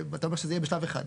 אתה אומר שזה יהיה בשלב אחד.